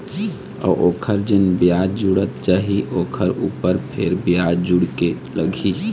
अऊ ओखर जेन बियाज जुड़त जाही ओखर ऊपर फेर बियाज जुड़ के लगही